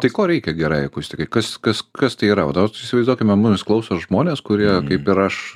tai ko reikia gerai akustikai kas kas kas tai yra va dabar įsivaizduokime mumis klauso žmonės kurie kaip ir aš